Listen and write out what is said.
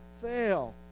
fail